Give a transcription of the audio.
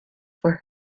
for